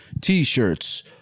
T-shirts